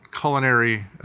culinary